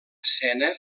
sena